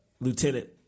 Lieutenant